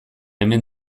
hemen